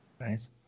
Nice